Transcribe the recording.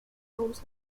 palms